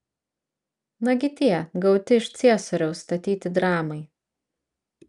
nagi tie gauti iš ciesoriaus statyti dramai